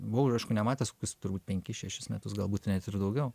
buvau aišku nematęs kokius turbūt penkis šešis metus galbūt net ir daugiau